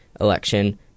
election